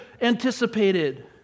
anticipated